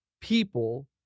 people